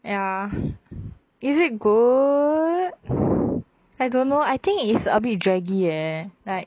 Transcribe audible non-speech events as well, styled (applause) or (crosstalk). ya is it good (breath) I don't know I think is abit draggy leh like